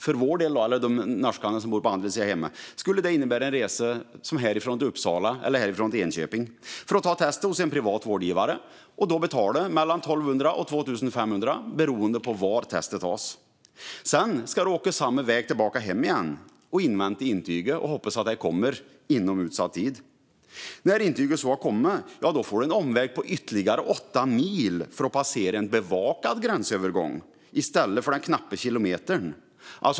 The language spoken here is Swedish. För vår del eller för norrmännen som bor på andra sidan gränsen skulle det innebära en resa som härifrån till Uppsala eller Enköping för att bli testad hos en privat vårdgivare och då betala mellan 1 200 och 2 500 beroende på var testet görs. Sedan ska han åka samma väg tillbaka hem, invänta intyget och hoppas att det kommer inom utsatt tid. När intyget har kommit får han en omväg på ytterligare 8 mil för att passera en bevakad gränsövergång i stället för den knappa kilometern.